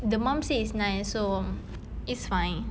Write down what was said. the mum said it's nice so it's fine